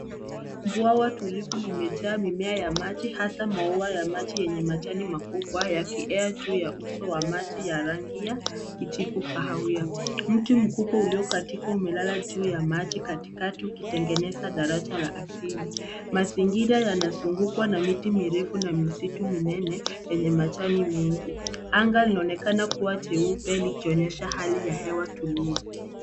Bwawa tulivu limejaa mimea ya maji, hasa maua ya maji yenye majani makubwa yakiea juu ya uso wa maji ya rangi ya kijivu-kahawia. Mti mkubwa uliokatika umelala juu ya maji, katika ukitengeneza daraja la asili. Mazingira yanazungukwa na miti mirefu na misitu minene yenye majani mengi. Anga linaonekana kuwa jeupe, likionyesha hali ya hewa tulivu.